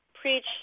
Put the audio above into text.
preach